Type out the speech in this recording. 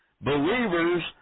Believers